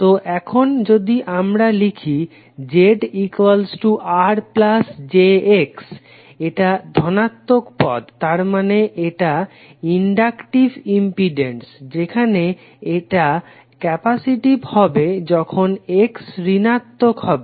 তো এখন যদি আমরা লিখি ZRjX এটা ধনাত্মক পদ তারমানে এটা ইনডাকটিভ ইম্পিডেন্স যেখানে এটা ক্যাপাসিটিভ হবে যখন X ঋণাত্মক হবে